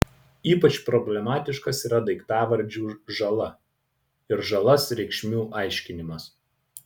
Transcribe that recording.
ypač problemiškas yra daiktavardžių žala ir žalas reikšmių aiškinimas